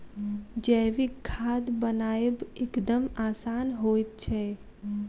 जैविक खाद बनायब एकदम आसान होइत छै